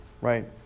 right